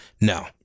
No